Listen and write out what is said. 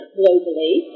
globally